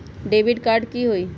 Debit card की होई?